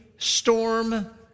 Storm